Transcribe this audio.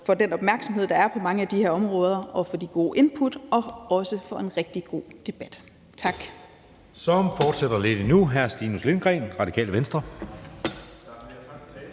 for den opmærksomhed, der er på mange af de her områder og for de gode input og en rigtig god debat. Tak.